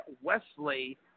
Wesley